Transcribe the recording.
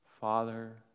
Father